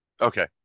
Okay